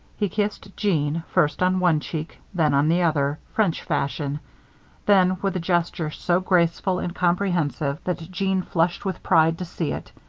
he kissed jeanne first on one cheek, then on the other, french-fashion then, with a gesture so graceful and comprehensive that jeanne flushed with pride to see it,